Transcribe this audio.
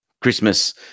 Christmas